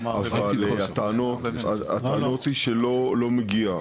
אבל הטענות שלא מגיע,